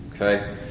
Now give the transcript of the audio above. Okay